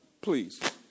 please